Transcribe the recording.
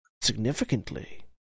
significantly